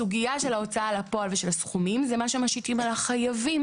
הסוגיה של ההוצאה לפועל ושל הסכומים זה מה שמשיתים על החייבים.